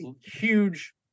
huge